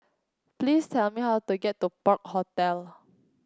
please tell me how to get to Park Hotel